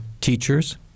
teachers